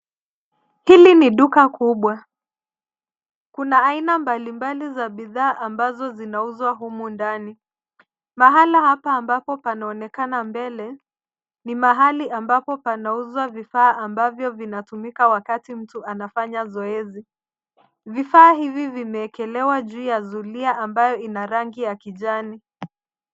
Hili ni duka kubwa. Kuna aina mbalimbali za bidhaa ambazo zinauzwa humu ndani. Mahala hapa ambapo panaonekana mbele, ni mahali ambapo panauzwa vifaa ambavyo vinatumika wakati mtu anafanya zoezi. Vifaa hivi vimeekelewa juu ya zulia ambayo ina rangi ya kijani.